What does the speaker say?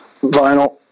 Vinyl